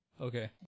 Okay